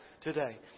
today